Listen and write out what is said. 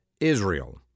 Israel